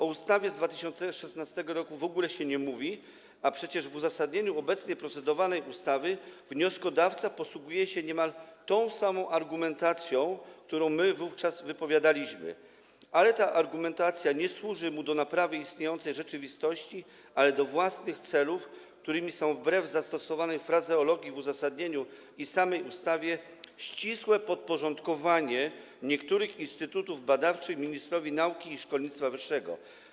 O ustawie z 2016 r. w ogóle się nie mówi, a przecież w uzasadnieniu obecnie procedowanej ustawy wnioskodawca posługuje się niemal tą samą argumentacją, którą my wówczas przedstawialiśmy, ale ta argumentacja nie służy mu do naprawy istniejącej rzeczywistości, lecz do własnych celów, którymi jest wbrew zastosowanej frazeologii w uzasadnieniu i samej ustawie ścisłe podporządkowanie niektórych instytutów badawczych ministrowi nauki i szkolnictwa wyższego.